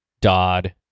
Dodd